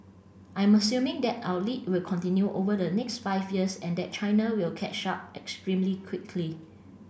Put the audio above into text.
I'm assuming that our lead will continue over the next five years and that China will catch up extremely quickly